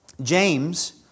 James